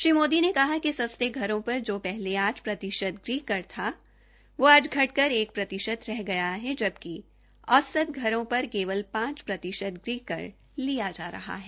श्री मोदी ने कहा कि सस्ते घरों पर जो पहले आठ प्रतिश गृहकर कर था वो आज घटकर एक प्रतिशत गृहकर रह गया है जबकि औसत घरों पर केवल पांच प्रतिशत गृहकर लिया जा रहा है